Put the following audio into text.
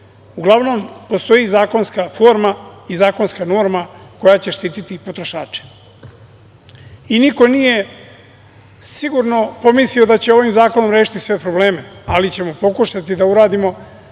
Uglavnom, postoji zakonska forma i zakonska norma koja će štiti potrošače. Niko nije sigurno pomislio da ćemo ovim zakonom rešiti sve probleme, ali ćemo pokušati da uradimo